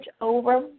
Over